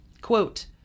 Quote